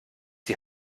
die